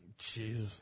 Jeez